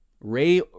Ray